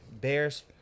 Bears